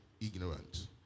ignorant